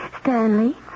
Stanley